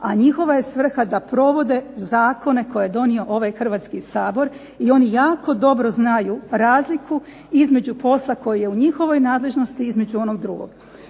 a njihova je svrha da provode zakone koje je donio ovaj Hrvatski sabor i oni jako dobro znaju razliku između posla koji je u njihovoj nadležnosti između onog drugog.